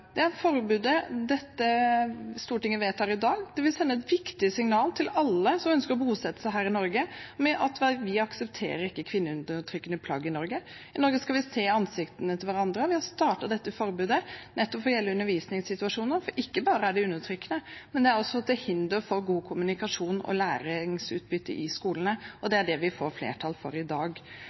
Det forbudet dette stortinget vedtar i dag, vil sende et viktig signal til alle som ønsker å bosette seg her i Norge, om at vi ikke aksepterer kvinneundertrykkende plagg i Norge. I Norge skal vi se ansiktene til hverandre. Vi har startet dette forbudet nettopp i undervisningssituasjoner, for ikke bare er det undertrykkende, det er også til hinder for god kommunikasjon og godt læringsutbytte i skolene, og det er det vi får flertall for i dag.